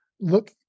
look